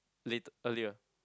late earlier